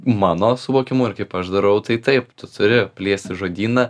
mano suvokimu ir kaip aš darau tai taip tu turi plėsti žodyną